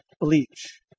Bleach